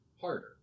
harder